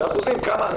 כמה מהן